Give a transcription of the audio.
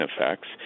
effects